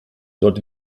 dort